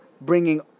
bringing